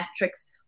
metrics